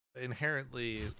Inherently